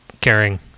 caring